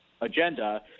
agenda